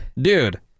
dude